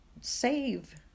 save